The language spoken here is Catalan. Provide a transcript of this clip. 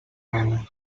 nena